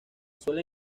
suele